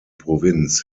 provinz